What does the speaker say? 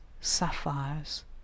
sapphires